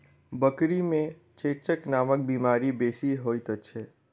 बकरी मे चेचक नामक बीमारी बेसी होइत छै